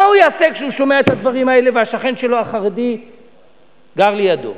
מה הוא יעשה כשהוא שומע את הדברים האלה והשכן שלו החרדי גר לידו?